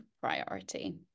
priority